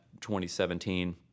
2017